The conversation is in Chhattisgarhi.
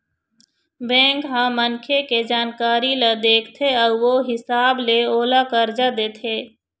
बेंक ह मनखे के जानकारी ल देखथे अउ ओ हिसाब ले ओला करजा देथे